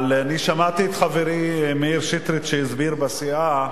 אבל אני שמעתי את חברי מאיר שטרית שהסביר בסיעה,